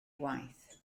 waith